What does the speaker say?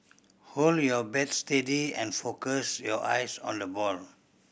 hold your bat steady and focus your eyes on the ball